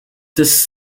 this